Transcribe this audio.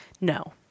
No